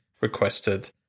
requested